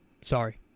Sorry